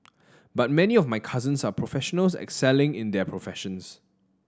but many of my cousins are professionals excelling in their professions